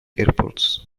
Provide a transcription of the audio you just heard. airports